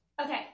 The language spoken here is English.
Okay